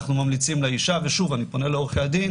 אנחנו ממליצים לאישה ושוב אני פונה לעורכי הדין